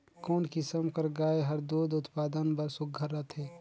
कोन किसम कर गाय हर दूध उत्पादन बर सुघ्घर रथे?